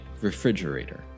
refrigerator